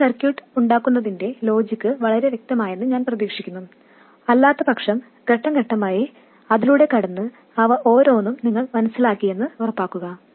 ഈ സർക്യൂട്ട് ഉണ്ടാക്കുന്നതിന്റെ ലോജിക് വളരെ വ്യക്തമായെന്ന് ഞാൻ പ്രതീക്ഷിക്കുന്നു അല്ലാത്തപക്ഷം ഘട്ടം ഘട്ടമായി അതിലൂടെ കടന്ന് അവ ഓരോന്നും നിങ്ങൾ മനസ്സിലാക്കിയെന്ന് ഉറപ്പാക്കുക